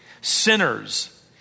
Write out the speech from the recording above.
Sinners